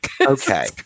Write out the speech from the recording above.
Okay